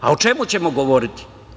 A o čemu ćemo govoriti?